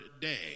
day